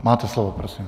Máte slovo, prosím.